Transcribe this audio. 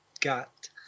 got